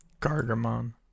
Gargamon